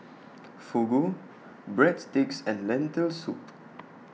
Fugu Breadsticks and Lentil Soup